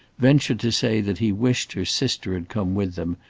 ventured to say that he wished her sister had come with them,